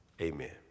Amen